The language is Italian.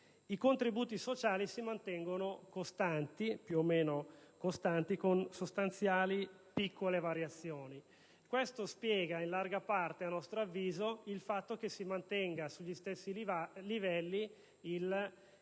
I contributi sociali si mantengono più o meno costanti, con sostanziali piccole variazioni. Questo spiega in larga parte, a nostro avviso, il fatto che si mantenga sugli stessi livelli il dato